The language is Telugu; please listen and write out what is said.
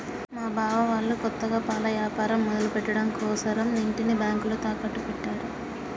మా బావ వాళ్ళు కొత్తగా పాల యాపారం మొదలుపెట్టడం కోసరం ఇంటిని బ్యేంకులో తాకట్టు పెట్టారు